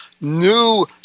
new